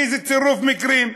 איזה צירוף מקרים.